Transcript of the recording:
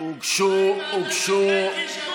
זה קשקוש.